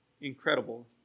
incredible